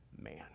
man